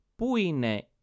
puine